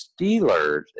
Steelers